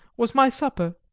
was my supper.